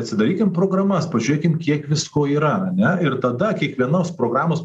atsidarykim programas pažiūrėkim kiek visko yra ane ir tada kiekvienos programos